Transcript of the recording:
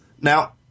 Now